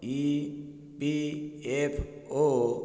E P F O